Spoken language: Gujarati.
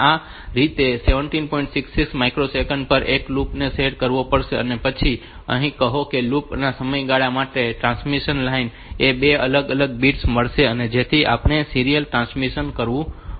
66 માઈક્રોસેકન્ડ પર એક લૂપ ને સેટ કરવો પડશે અને પછી આ અને કહો કે લૂપ ના સમયગાળા માટે ટ્રાન્સમિશન લાઇન ને બે અલગ અલગ બિટ્સ મળશે જેથી તે રીતે આપણે સીરીયલ ટ્રાન્સમિશન કરવું પડશે